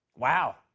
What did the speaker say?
wow.